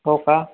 हो का